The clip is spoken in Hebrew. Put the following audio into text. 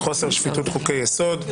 חוסר שפיטות חוקי יסוד.